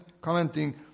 commenting